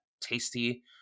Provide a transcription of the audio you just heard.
tasty